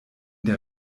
der